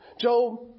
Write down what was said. Job